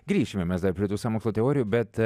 grįšime mes dar prie tų sąmokslo teorijų bet